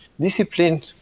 Discipline